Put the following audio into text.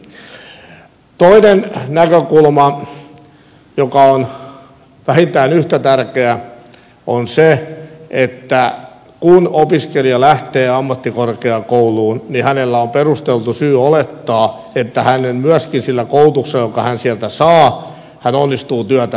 toinen näkökulma joka on vähintään yhtä tärkeä on se että kun opiskelija lähtee ammattikorkeakouluun niin hänellä on perusteltu syy olettaa että hän myöskin sillä koulutuksella jonka hän sieltä saa onnistuu työtä löytämään